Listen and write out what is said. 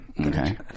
Okay